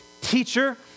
Teacher